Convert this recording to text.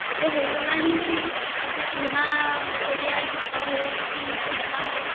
ଏବେ ହେଇଗଲାଣି ବୋଲି ସବୁ ପୁରୁଣା ଓଡ଼ିଆ ଗୀତ ହେଉ କି ସିନେମା ହେଉ